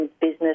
business